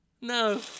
No